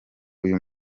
uyu